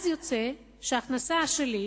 אז יוצא שההכנסה שלי,